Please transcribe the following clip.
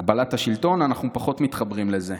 הגבלת השלטון, אנחנו פחות מתחברים לזה.